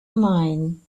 mine